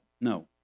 no